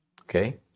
Okay